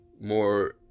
more